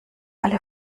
alle